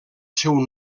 seu